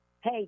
Hey